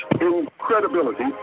incredibility